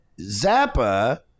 Zappa